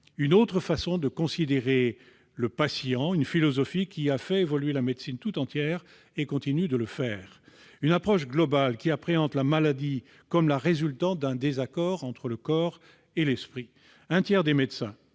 une autre façon de considérer le patient, une philosophie qui a fait évoluer la médecine tout entière et continue de le faire, une approche globale qui appréhende la maladie comme la résultante d'un désaccord entre le corps et l'esprit. Un tiers des médecins